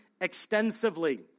extensively